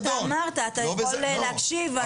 אתה אמרת ואתה יכול להקשיב,